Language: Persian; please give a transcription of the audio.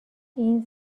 این